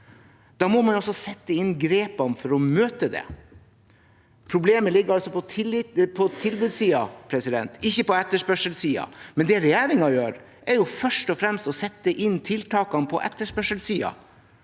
da må man også sette inn tiltakene for å møte det. Problemet ligger altså på tilbudssiden, ikke på etterspørselssiden. Det regjeringen gjør, er derimot først og fremst å sette inn tiltakene på etterspørselssiden,